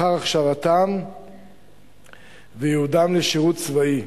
אחר הכשרתם וייעודם לשירות צבאי,